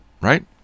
right